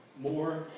more